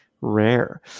Rare